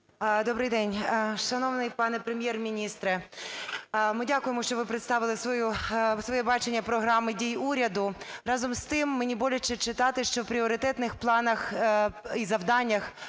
Добрий день! Шановний пане Прем'єр-міністре, ми дякуємо, що ви представили своє бачення Програми дій уряду. Разом з тим, мені боляче читати, що в пріоритетних планах і завданнях